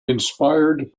inspired